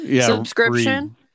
subscription